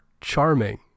charming